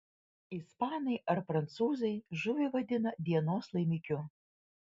ispanai ar prancūzai žuvį vadina dienos laimikiu